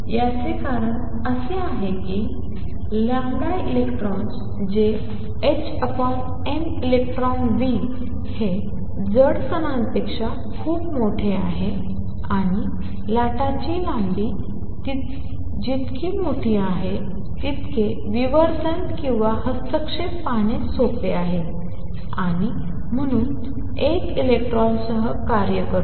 याचे कारण असे आहे की electrons जे hmelectronv हे जड कणांपेक्षा खूप मोठे आहे आणि लाटाची लांबी जितकी मोठी आहे तितके विवर्तन किंवा हस्तक्षेप पाहणे सोपे आहे आणि म्हणून एक इलेक्ट्रॉनसह कार्य करतो